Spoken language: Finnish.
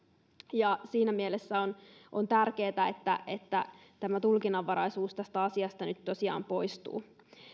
ja siinä mielessä on on tärkeätä että että tämä tulkinnanvaraisuus tästä asiasta nyt tosiaan poistuu